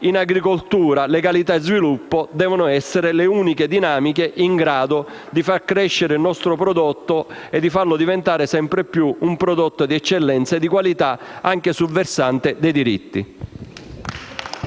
in agricoltura legalità e sviluppo devono essere le uniche dinamiche in grado di far crescere il nostro prodotto e farlo diventare sempre più di eccellenza e di qualità anche sul versante dei diritti.